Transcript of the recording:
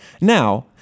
Now